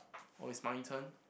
oh it's my turn